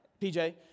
PJ